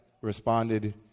responded